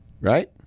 right